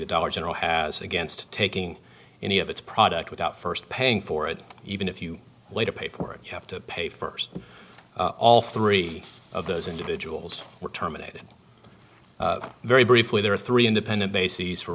the dollar general has against taking any of its product without first paying for it even if you later pay for it you have to pay first all three of those individuals were terminated very briefly there are three independent bases